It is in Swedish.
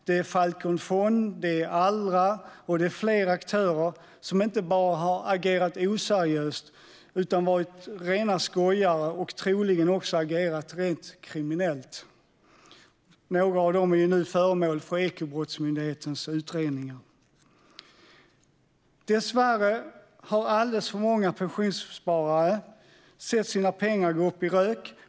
Det är Falcon Funds, Allra och fler aktörer som inte bara agerat oseriöst utan varit rena skojare och troligen också agerat rent kriminellt. Några av dem är nu föremål för Ekobrottsmyndighetens utredningar. Dessvärre har alldeles för många pensionssparare sett sina pengar gå upp i rök.